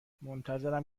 منتظرم